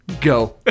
go